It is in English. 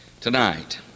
Tonight